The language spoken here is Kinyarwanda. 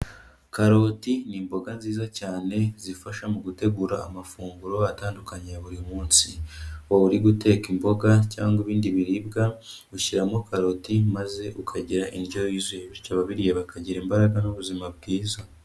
Karoti ni imboga nziza cyane, zifasha mu gutegura amafunguro atandukanye ya buri munsi. Waba uri guteka imboga cyangwa ibindi biribwa, ushyiramo karoti maze ukagira indyo yuzuye, bityo ababirya bakagira imbaraga n'ubuzima bwiza.